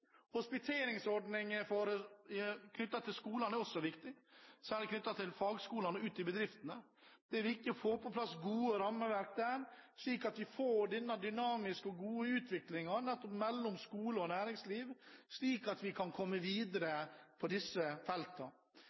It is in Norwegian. senere. Hospiteringsordninger knyttet til skolene er også viktig, særlig fagskoler ut i bedriftene. Det er viktig å få på plass gode rammeverk der, slik at vi får den dynamiske og gode utviklingen mellom skole og næringsliv og kan komme videre på disse